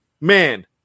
man